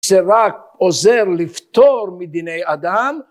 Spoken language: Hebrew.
זה רק עוזר לפתור מדיני אדם.